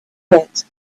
pit